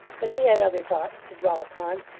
but he had other thoughts to dwell upon,